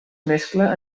mescla